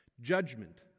Judgment